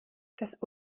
das